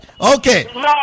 Okay